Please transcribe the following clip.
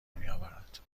میآورد